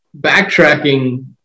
backtracking